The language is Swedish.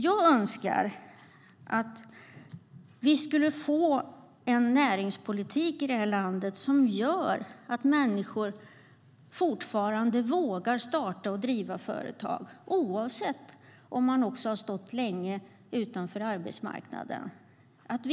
Jag önskar att vi skulle få en näringspolitik i detta land som gör att människor fortfarande vågar starta och driva företag, oavsett om man har stått länge utanför arbetsmarknaden eller inte.